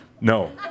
No